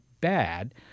bad